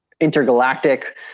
intergalactic